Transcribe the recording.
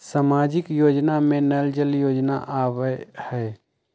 सामाजिक योजना में नल जल योजना आवहई?